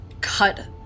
cut